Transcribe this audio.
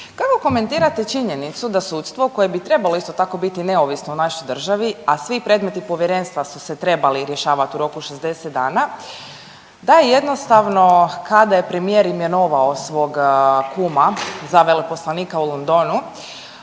Kako komentirate činjenicu da sudstvo koje bi trebalo isto tako biti neovisno u našoj državi a svi predmeti Povjerenstva su se trebali rješavati u roku 60 dana da jednostavno kada je premijer imenovao svog kuma za veleposlanika u Londonu